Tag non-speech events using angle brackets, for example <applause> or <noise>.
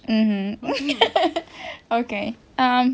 mmhmm <laughs> okay um